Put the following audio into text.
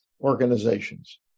organizations